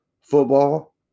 football